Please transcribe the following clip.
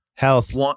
Health